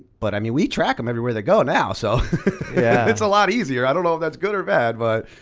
but i mean we track them everywhere they go, now, so. so it's a lot easier. i don't know if that's good or bad. but